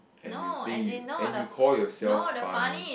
and you think you and you call yourself funny